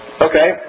Okay